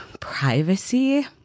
privacy